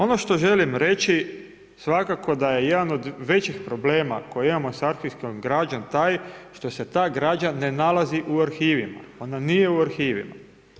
Ono što želim reći, svakako da je jedan od većih problema koji imamo sa arhivskom građom taj, što se ta građa ne nalazi u arhivima, ona nije u arhivima.